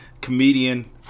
comedian